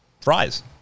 Fries